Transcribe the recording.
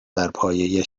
برپایه